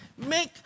make